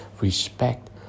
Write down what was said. respect